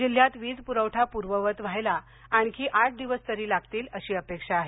जिल्हयात वीज पुरवठा पूर्ववत आणखी आठ दिवस तरी लागतील अशी अपेक्षा आहे